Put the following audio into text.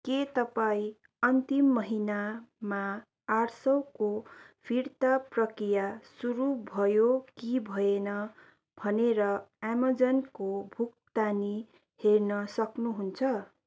के तपाईँ अन्तिम महिनामा आठ सयको फिर्ता प्रक्रिया सुरु भयो कि भएन भनेर एमाजोनको भुक्तानी हेर्न सक्नुहुन्छ